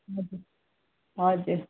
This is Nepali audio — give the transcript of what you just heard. हजुर हजुर